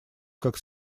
как